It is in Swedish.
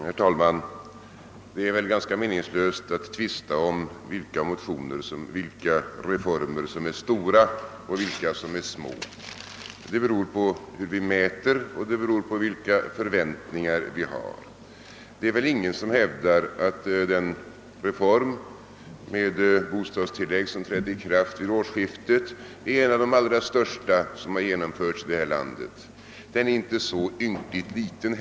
Herr talman! Det är väl ganska meningslöst att tvista om vilka reformer som är stora och vilka som är små. Det beror på hur vi mäter och vilka förväntningar vi har. Det är väl ingen som hävdar att den reform av bostadstilläggen som trädde i kraft vid årsskiftet är en av de allra största som genomförts i detta land, men den är inte heller så ynkligt liten.